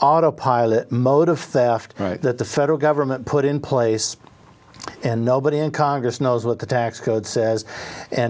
autopilot mode of theft that the federal government put in place and nobody in congress knows what the tax code says and